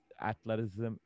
athleticism